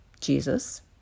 jesus